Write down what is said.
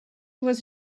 was